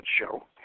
show